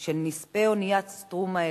של נספי האונייה "סטרומה"